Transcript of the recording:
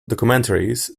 documentaries